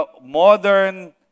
modern